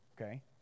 Okay